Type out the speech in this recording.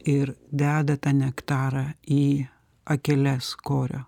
ir deda tą nektarą į akeles korio